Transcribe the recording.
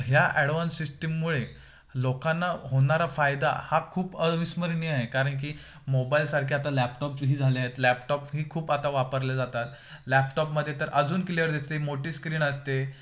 ह्या ॲडव्हान्स सिस्टीममुळे लोकांना होणारा फायदा हा खूप अविस्मरणीय आहे कारण की मोबाईलसारखे आता लॅपटॉपही झाले आहेत लॅपटॉप ही खूप आता वापरल्या जातात लॅपटॉपमध्ये तर अजून क्लिअर देते मोठी स्क्रीन असते